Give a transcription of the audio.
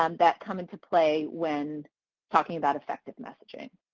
um that come into play when talking about effective messaging